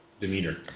demeanor